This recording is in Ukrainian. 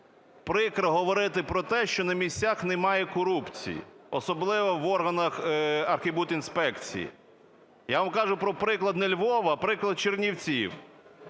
прикро говорити про те, що на місцях немає корупції, особливо в органах архбудінспекції. Я вам кажу про приклад не Львова, а приклад Чернівців,